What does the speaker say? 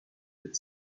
had